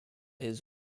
his